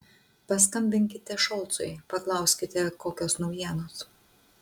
paskambinkite šolcui paklauskite kokios naujienos